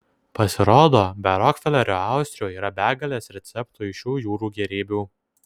pasirodo be rokfelerio austrių yra begalės receptų iš šių jūrų gėrybių